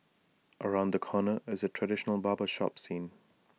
around the corner is A traditional barber shop scene